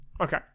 Okay